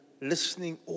Listening